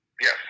Yes